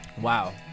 wow